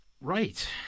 Right